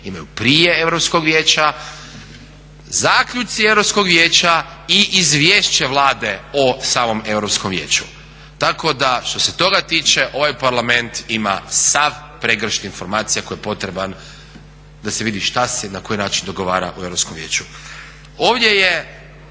imaju prije Europskog vijeća, zaključci Europskog vijeća i izvješće Vlade o samom Europskom vijeću. Tako da što se toga tiče ovaj Parlament ima sav pregršt informacija koji je potreban da se vidi šta se i na koji način dogovara u Europskom vijeću. Ovdje je